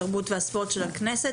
התרבות והספורט של הכנסת,